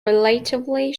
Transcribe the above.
relatively